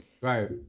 Right